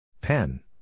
Pen